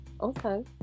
Okay